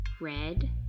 red